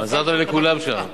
מזל טוב לכולם שם.